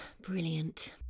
brilliant